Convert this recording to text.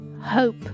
Hope